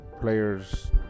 players